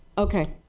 okay.